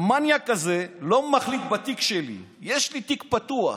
"המניאק הזה לא מחליט בתיק שלי, יש לי תיק פתוח".